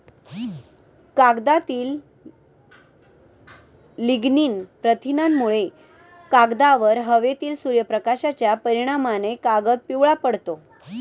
कागदातील लिग्निन प्रथिनांमुळे, कागदावर हवेतील सूर्यप्रकाशाच्या परिणामाने कागद पिवळा पडतो